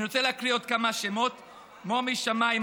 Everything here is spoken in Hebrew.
אני רוצה להקריא עוד כמה שמות: מומי שמאי,